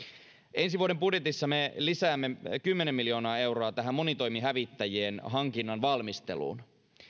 ensi vuoden budjetissa me lisäämme kymmenen miljoonaa euroa monitoimihävittäjien hankinnan valmisteluun